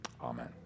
Amen